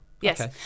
Yes